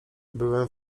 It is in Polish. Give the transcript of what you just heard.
byłem